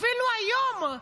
אפילו היום,